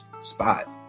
spot